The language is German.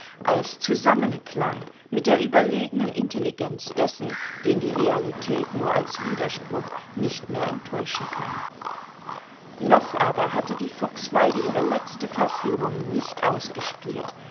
als zusammenklang mit der überlegenen intelligenz dessen den die realität nur als widerspruch nicht mehr enttäuschen kann noch aber hatte die fuchsweide ihre letzte verführung nicht ausgespielt